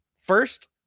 First